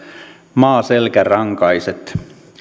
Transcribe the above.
maaselkärankaiset